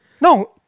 No